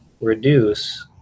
reduce